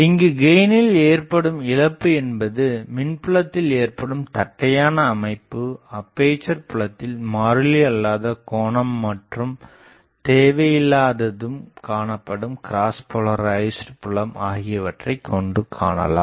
இங்கு கெயினில் ஏற்படும் இழப்பு என்பது மின்புலத்தில் ஏற்படும் தட்டையான அமைப்பு அப்பேசர் புலத்தில் மாறிலி அல்லாத கோணம் மற்றும் தேவையில்லாது காணப்படும் கிராஸ் போலரைஸ்டு புலம் ஆகியவற்றைக் கொண்டு காணலாம்